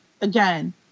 again